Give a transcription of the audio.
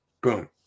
boom